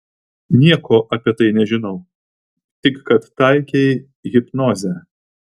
nieko apie tai nežinau tik kad taikei hipnozę